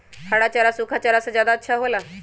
हरा चारा सूखा चारा से का ज्यादा अच्छा हो ला?